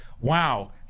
wow